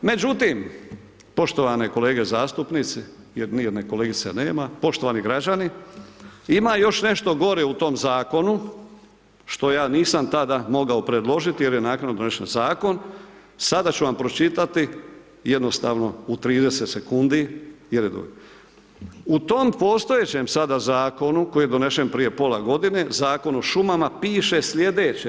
Međutim, poštovane kolege zastupnici jer ni jedne kolegice nema, poštovani građani ima još nešto gore u tom zakonu, što ja nisam tada mogao predložiti jer je naknado donesen zakon, sada ću vam pročitati jednostavno u 30 sekundi …/nerazumljivo/… u tom postojećem sada zakonu koji je donesen prije pola godine Zakonu o šumama piše slijedeće.